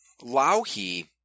Lauhi